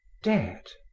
dead.